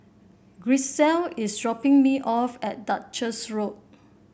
Gisselle is dropping me off at Duchess Road